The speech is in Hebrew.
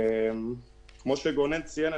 כמו שגונן ציין,